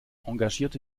engagierte